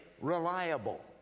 reliable